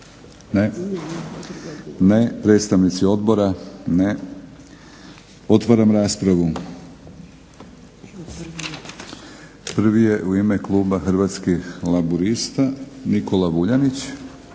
Ne. Predstavnici odbora? Ne. Otvaram raspravu. Prvi je u ime kluba Hrvatskih laburista Nikola Vuljanić.